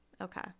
okay